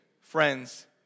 friends